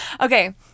Okay